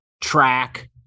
track